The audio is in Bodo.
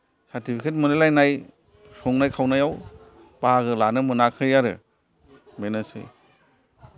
सारटिफिकेत मोनलाय लायनाय संनाय खावनायाव बाहागो लानो मोनाखै आरो बेनोसै